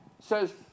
says